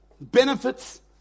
benefits